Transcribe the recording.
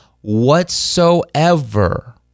whatsoever